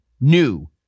new